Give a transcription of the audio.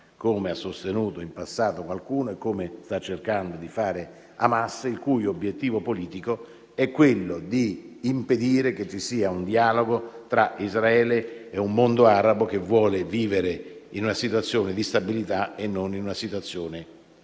come ha sostenuto in passato qualcuno e come sta cercando di fare Hamas, il cui obiettivo politico è impedire che ci sia un dialogo tra Israele e un mondo arabo che vuole vivere in una situazione di stabilità e non di guerra. Anche di questo